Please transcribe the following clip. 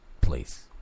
Please